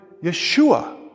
Yeshua